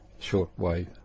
shortwave